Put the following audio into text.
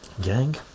gang